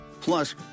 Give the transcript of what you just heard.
Plus